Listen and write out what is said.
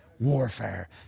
Warfare